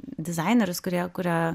dizainerius kurie kuria